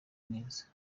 neza